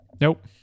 nope